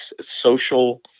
social